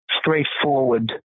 straightforward